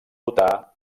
votar